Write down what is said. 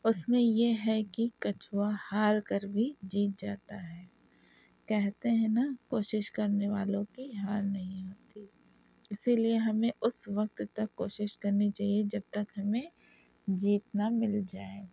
اس میں یہ ہے کہ کچھوا ہار کر بھی جیت جاتا ہے کہتے ہیں نا کوشش کرنے والوں کی ہار نہیں ہوتی اسی لیے ہمیں اس وقت تک کوشش کرنی چاہیے جب تک ہمیں جیت نہ مل جائے